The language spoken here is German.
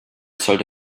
sollte